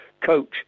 coach